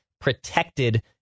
protected